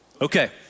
Okay